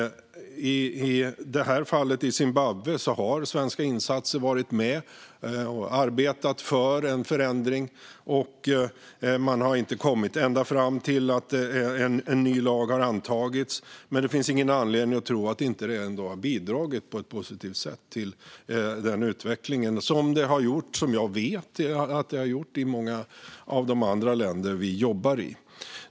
I just Zimbabwe har Sverige varit med och arbetat för en förändring. Man har inte kommit ända fram så att en ny lag har antagits, men det finns ingen anledning att tro att vår insats inte har bidragit på ett positivt sätt till utvecklingen. Jag vet att det har gjort det i många av de andra länder vi jobbar i.